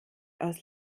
aus